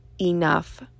Enough